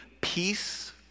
peace